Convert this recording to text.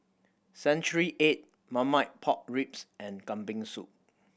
century egg Marmite Pork Ribs and Kambing Soup